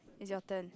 is your turn